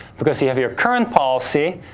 because see, you have your current policy.